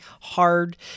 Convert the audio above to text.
hard